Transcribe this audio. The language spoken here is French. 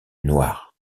noir